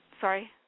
Sorry